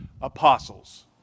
apostles